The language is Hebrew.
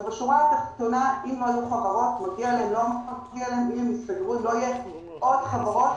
בשורה התחתונה אם --- אם ייסגרו לא יהיו עוד חברות.